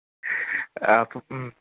ആ അപ്പം